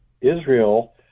Israel